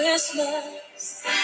Christmas